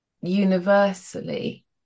universally